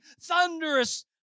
thunderous